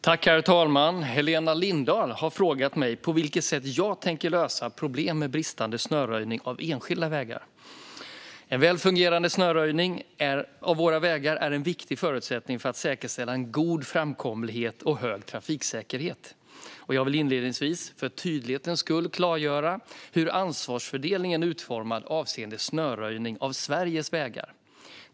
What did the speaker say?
Herr talman! har frågat mig på vilket sätt jag tänker lösa problemet med bristande snöröjning av enskilda vägar. En väl fungerande snöröjning av våra vägar är en viktig förutsättning för att säkerställa en god framkomlighet och hög trafiksäkerhet. Jag vill inledningsvis för tydlighetens skull klargöra hur ansvarsfördelningen är utformad avseende snöröjning av Sveriges vägar.